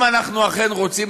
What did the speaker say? אם אנחנו אכן רוצים,